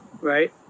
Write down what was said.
right